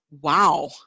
wow